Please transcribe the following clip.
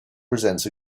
presents